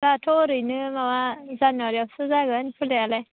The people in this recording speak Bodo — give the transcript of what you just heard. दाथ' ओरैनो माबा जानुवारियावसो जागोन खुलायालाय